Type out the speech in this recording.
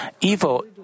evil